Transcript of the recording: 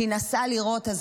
שהיא נסעה לראות.